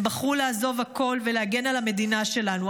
הם בחרו לעזוב הכול ולהגן על המדינה שלנו,